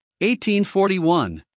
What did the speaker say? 1841